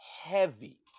heavy